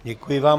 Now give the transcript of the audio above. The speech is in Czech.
Děkuji vám.